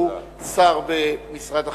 שהוא שר במשרד החינוך.